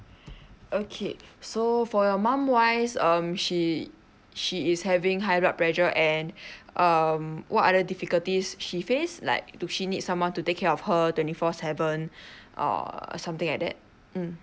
okay so for your mum wise um she she is having high blood pressure and um what are the difficulties she face like do she need someone to take care of her twenty four seven err something like that mm